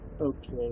Okay